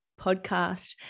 podcast